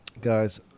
Guys